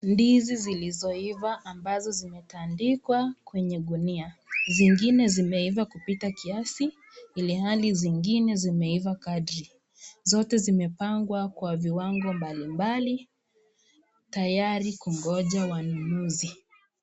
Ndizi zilizoiva ambazo zimetandikwa kwenye gunia, zingine zimeiva kupita kiasi ilhali zingine zimeiva kadri. Zote zimepangwa kwa viwango mbalimbali tayari kungoja wanunuzi.